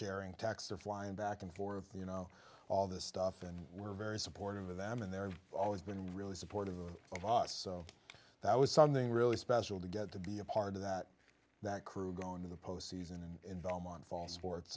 sharing taxer flying back and forth you know all this stuff and we're very supportive of them and they're always been really supportive of us so that was something really special to get to be a part of that that crew going to the postseason and in belmont fox sports